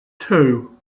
two